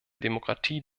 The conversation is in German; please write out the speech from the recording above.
demokratie